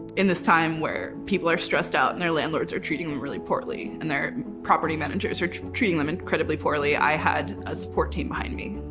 in this time where people are stressed out and their landlords are treating them really poorly and their property managers are treating them incredibly poorly, i had a support team behind me.